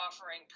offering